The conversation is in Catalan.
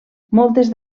moltes